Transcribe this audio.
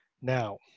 Now